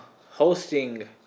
hosting